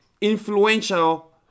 influential